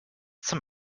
zum